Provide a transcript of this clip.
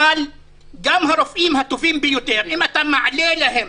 אבל גם הרופאים הטובים ביותר, אם אתה מעלה להם